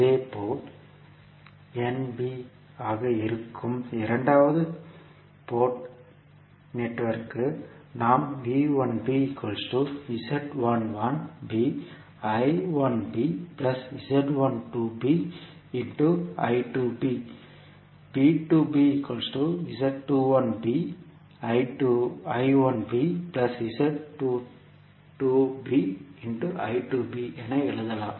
இதேபோல் N b ஆக இருக்கும் இரண்டாவது இரண்டு போர்ட் நெட்வொர்க்குக்கு நாம் என எழுதலாம்